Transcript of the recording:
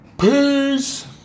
Peace